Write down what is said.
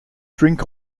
drink